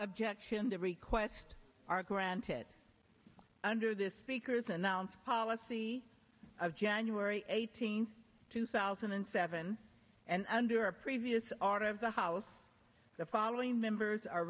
objection the request are granted under this speaker's announced policy of january eighteenth two thousand and seven and under a previous art of the house the following members are